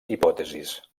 hipòtesis